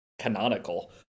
canonical